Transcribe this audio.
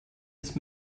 ist